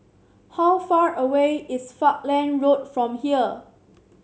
how far away is Falkland Road from here